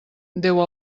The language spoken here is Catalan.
déu